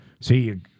See